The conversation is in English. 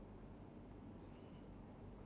ya they never specify how long